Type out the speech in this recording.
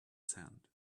sand